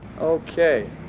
Okay